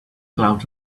clouds